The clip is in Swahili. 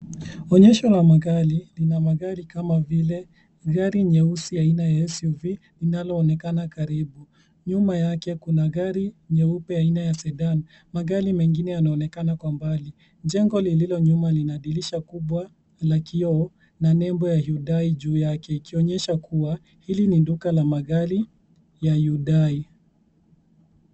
Onyesho la magari. Lina magari kama vile gari nyeusi aina ya SUV linaloonekana karibu. Nyuma yake kuna gari nyeupe aina ya sedan. Magari mengine yanaonekana kwa mbali. Jengo lililo nyuma lina dirisha kubwa la kioo na nembo ya Udai juu yake likionyesha kuwa hili ni duka la magari ya Udai.